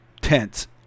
tents